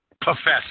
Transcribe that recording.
Professor